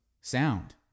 sound